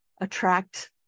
attract